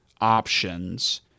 options